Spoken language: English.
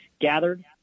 gathered